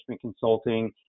consulting